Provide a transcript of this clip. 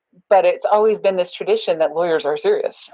but it's always been this tradition that lawyers are serious,